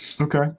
Okay